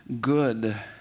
good